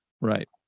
Right